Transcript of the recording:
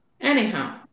Anyhow